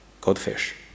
goldfish